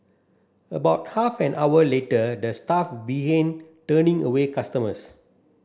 about half an hour later the staff began turning away customers